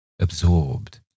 absorbed